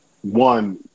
one